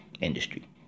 industry